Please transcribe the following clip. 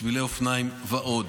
שבילי אופניים ועוד.